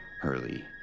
Hurley